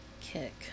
Kick